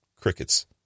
Crickets